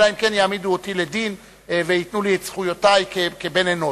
אלא אם כן יעמידו אותי לדין וייתנו לי את זכויותי כבן אנוש.